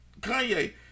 Kanye